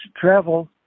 travel